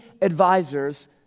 advisors